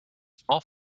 small